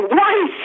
one